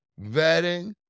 vetting